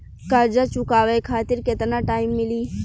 कर्जा चुकावे खातिर केतना टाइम मिली?